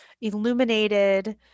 illuminated